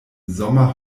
sommer